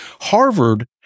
Harvard